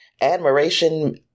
admiration